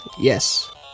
Yes